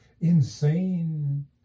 insane